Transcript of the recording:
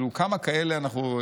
כאילו כמה כאלה אנחנו,